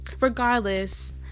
regardless